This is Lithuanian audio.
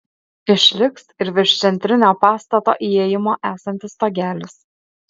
išliks ir virš centrinio pastato įėjimo esantis stogelis